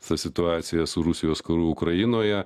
visa situacija su rusijos karu ukrainoje